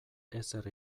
ezer